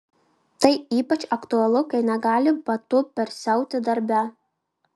tai ypač aktualu kai negali batų persiauti darbe